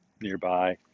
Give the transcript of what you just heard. nearby